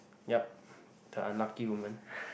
yup the unlucky women